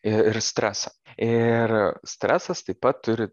ir ir stresą ir stresas taip pat turi